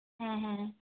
ᱦᱮᱸ ᱦᱮᱸ ᱦᱮᱸ